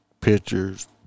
pictures